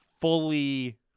fully